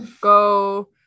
Go